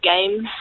games